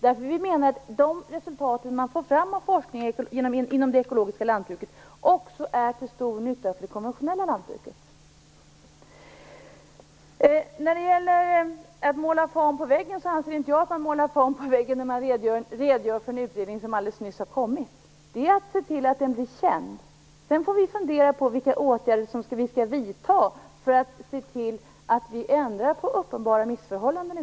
De resultat man får fram genom forskningen inom det ekologiska lantbruket är också till stor nytta för det konventionella lantbruket. Jag anser inte att man målar fan på väggen när man redogör för en utredning som alldeles nyss har kommit. Det är att se till att den blir känd. Sedan får vi fundera på vilka åtgärder som vi skall vidta för att se till att vi ändrar på uppenbara missförhållanden.